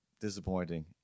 disappointing